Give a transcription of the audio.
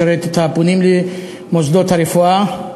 לשרת את הפונים למוסדות הרפואה.